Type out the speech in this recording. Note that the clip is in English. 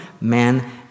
man